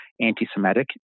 anti-Semitic